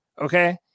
okay